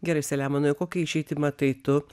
gerai selemonai o kokią išeitį matai tu